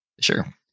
sure